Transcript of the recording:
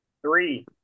three